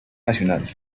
nacional